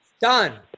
Done